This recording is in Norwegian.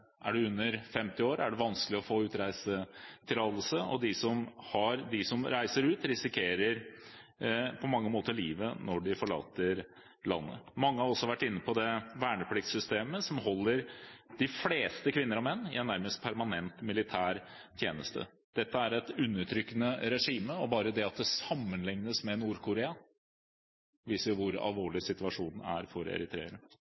under 50 år i Eritrea, er det vanskelig å få utreisetillatelse, og de som reiser ut, risikerer på mange måter livet når de forlater landet. Mange har også vært inne på det vernepliktsystemet som holder de fleste kvinner og menn i en nærmest permanent militærtjeneste. Dette er et undertrykkende regime. Bare det at det sammenliknes med Nord-Korea, viser hvor alvorlig situasjonen er for eritreerne.